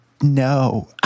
No